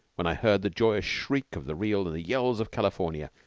when i heard the joyous shriek of the reel and the yells of california,